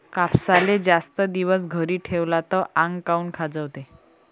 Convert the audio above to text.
कापसाले जास्त दिवस घरी ठेवला त आंग काऊन खाजवते?